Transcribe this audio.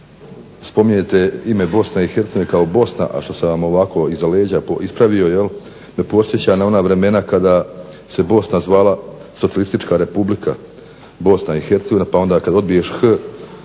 spominjete ime Bosne i Hercegovine kao Bosna, a što sam vam ovako iza leđa ispravio, me podsjeća na ona vremena kada se Bosna zvala Socijalistička Republika Bosna i Hercegovina pa onda kad odbiješ H